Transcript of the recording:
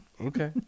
Okay